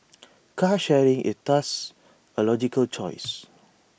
car sharing is thus A logical choice